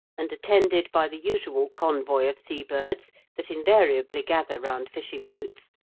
and attended by the usual convoy of seabirds that invariably gather round fishing-boats,